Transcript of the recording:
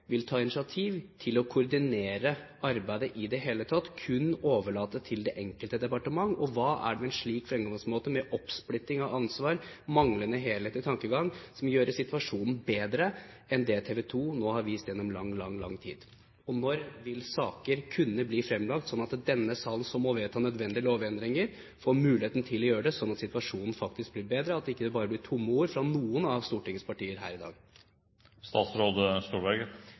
vil ta initiativ til å koordinere arbeidet i det hele tatt, kun overlate det til det enkelte departement? Og hva er det ved en slik fremgangsmåte, med oppsplitting av ansvar og manglende helhetlig tankegang, som gjør situasjonen bedre enn det TV 2 nå har vist gjennom lang, lang tid? Når vil saker kunne bli fremlagt, slik at denne salen, som må vedta nødvendige lovendringer, får mulighet til å gjøre det, slik at situasjonen faktisk blir bedre, at det ikke bare blir tomme ord fra noen av stortingspartiene her i